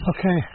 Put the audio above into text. Okay